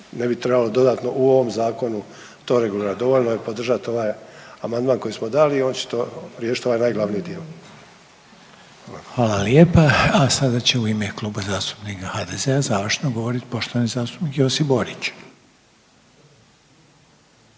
ne bi trebalo dodatno u ovom zakonu to regulirati. Dovoljno je podržat ovaj amandman koji smo dali i on će to riješit ovaj najglavniji dio. Hvala. **Reiner, Željko (HDZ)** Hvala lijepa. A sada će u ime Kluba zastupnika HDZ-a završno govorit poštovani zastupnik Josip Borić.